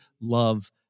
love